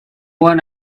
one